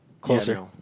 Closer